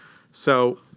so